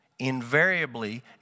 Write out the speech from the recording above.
invariably